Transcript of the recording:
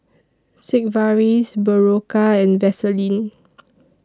Sigvaris Berocca and Vaselin